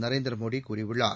நரேந்திர மோடி கூறியுள்ளார்